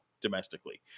domestically